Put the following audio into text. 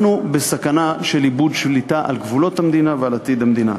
אנחנו בסכנה של איבוד שליטה על גבולות המדינה ועל עתיד המדינה.